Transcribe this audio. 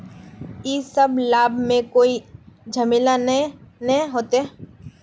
इ सब लाभ में कोई झमेला ते नय ने होते?